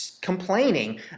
complaining